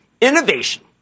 Innovation